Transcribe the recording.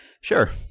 Sure